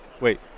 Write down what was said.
wait